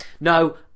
no